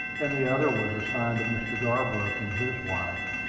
and the other was assigned to mr. garbrook and his wife.